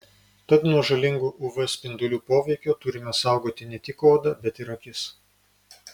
tad nuo žalingo uv spindulių poveikio turime saugoti ne tik odą bet ir akis